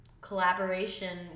collaboration